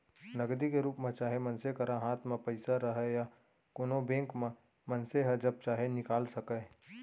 नगदी के रूप म चाहे मनसे करा हाथ म पइसा रहय या कोनों बेंक म मनसे ह जब चाहे निकाल सकय